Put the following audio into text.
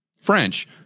French